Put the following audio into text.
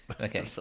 Okay